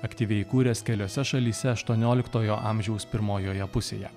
aktyviai kūręs keliose šalyse aštuonioliktojo amžiaus pirmojoje pusėje